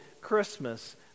Christmas